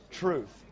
truth